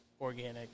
organic